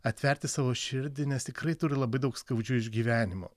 atverti savo širdį nes tikrai turi labai daug skaudžių išgyvenimų